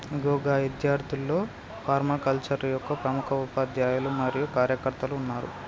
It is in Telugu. ఇగో గా ఇద్యార్థుల్లో ఫర్మాకల్చరే యొక్క ప్రముఖ ఉపాధ్యాయులు మరియు కార్యకర్తలు ఉన్నారు